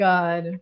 God